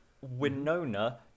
winona